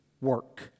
work